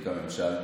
פוליטיקה וממשל.